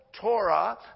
Torah